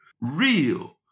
real